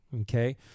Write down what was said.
okay